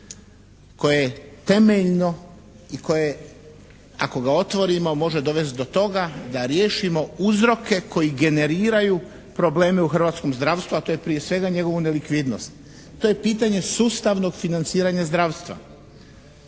koje je temeljno i koje ako ga otvorimo može dovesti do toga da riješimo uzroke koji generiraju probleme u hrvatskom zdravstvu, a to je prije svega njegovu nelikvidnost. To je pitanje sustavnog financiranja zdravstva.